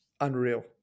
unreal